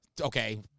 Okay